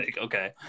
okay